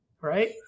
right